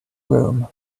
room